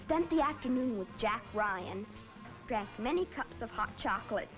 spent the afternoon with jack ryan many cups of hot chocolate